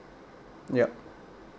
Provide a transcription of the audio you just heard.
yup